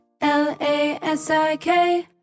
L-A-S-I-K